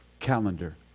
calendar